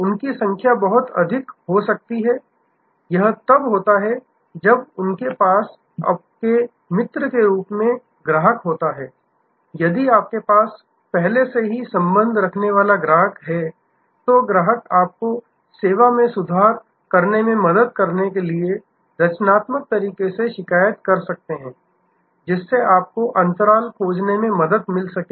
उनकी संख्या बहुत अधिक हो सकती हैं यह तब होता है जब उनके पास आपके मित्र के रूप में ग्राहक होता है यदि आपके पास पहले से ही संबंध रखने वाला ग्राहक है तो ग्राहक आपको सेवा में सुधार करने में मदद करने के लिए रचनात्मक तरीके से शिकायत कर सकते हैं जिससे आपको अंतराल खोजने में मदद मिल सके